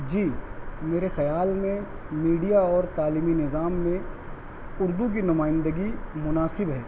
جی میرے خیال میں میڈیا اور تعلیمی نظام میں اردو کی نمائندگی مناسب ہے